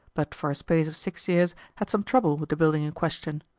but for a space of six years had some trouble with the building in question.